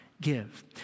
give